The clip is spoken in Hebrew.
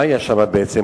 מה היה שם, בעצם?